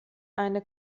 eine